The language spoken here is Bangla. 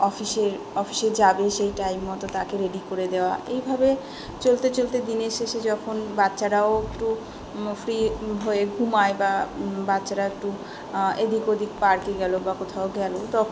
অফিসে অফিসে যাবে সেই টাইম মতো তাকে রেডি করে দেওয়া এইভাবে চলতে চলতে দিনের শেষে যখন বাচ্চারাও একটু ফ্রি হয়ে ঘুমায় বা বাচ্চারা একটু এদিক ওদিক পার্কে গেল বা কোথাও গেল তখন